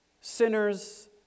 sinners